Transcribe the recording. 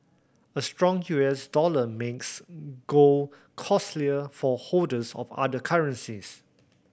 a strong U S dollar makes gold costlier for holders of other currencies